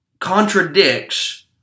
contradicts